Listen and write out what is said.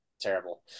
terrible